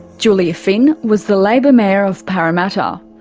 julia finn was the labor mayor of parramatta.